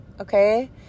okay